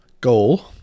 goal